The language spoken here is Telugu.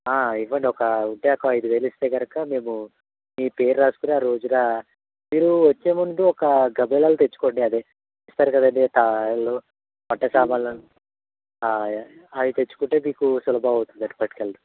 ఇవ్వండి ఒక ఉంటే ఒక ఐదు వేలు ఇస్తే కనుక మేము మీ పేరు రాసుకొని ఆ రోజున మీరు వచ్చేముందు ఒక గమేలాలు తెచ్చుకోండి అదే ఇస్తారు కదండీ టాలు అంటే సామాన్లు అవి తెచ్చుకుంటే మీకు సులభం అవుతుంది పట్టుకుని వెళ్ళడం